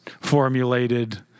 formulated